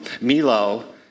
Milo